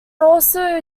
also